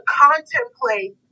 contemplate